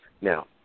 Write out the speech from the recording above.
Now